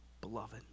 Beloved